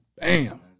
Bam